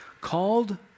called